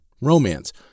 romance